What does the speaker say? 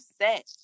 set